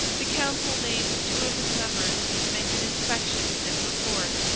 the council named two of its members to make an inspection and report.